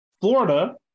Florida